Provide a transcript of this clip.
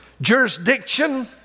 jurisdiction